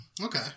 Okay